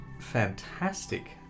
fantastic